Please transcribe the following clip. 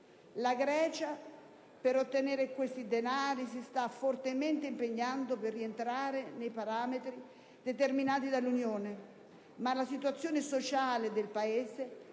La Grecia, per ottenere questi denari, si sta fortemente impegnando per rientrare nei parametri determinati dall'Unione, ma la situazione sociale del Paese